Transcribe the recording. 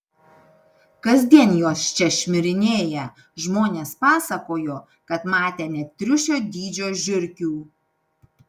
kasdien jos čia šmirinėja žmonės pasakojo kad matę net triušio dydžio žiurkių